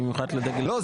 במיוחד לדגל התורה --- לא,